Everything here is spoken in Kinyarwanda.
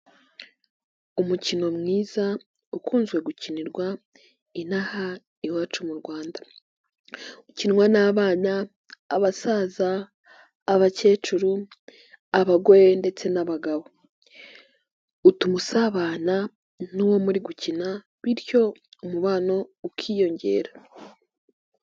Umukino mwiza ukunzwe gukinirwa inaha iwacu mu Rwandau ukinwa n'abana, abasaza, abakecuru, abagore ndetse n'abagabo. utuma usabana n'uwo muri gukina bityo umubano ukiyongera.